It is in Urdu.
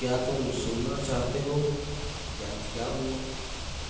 کیا تم سننا چاہتے ہو کہ آج کیا ہوا